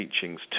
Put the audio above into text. teachings